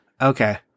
okay